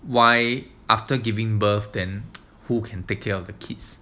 why after giving birth then who can take care of the kids